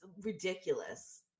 ridiculous